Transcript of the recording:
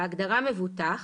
(1)בהגדרה "מבוטח",